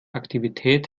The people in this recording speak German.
aktivität